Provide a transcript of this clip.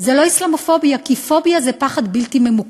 זה לא אסלאמופוביה, כי פוביה זה פחד בלתי ממוקד,